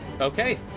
Okay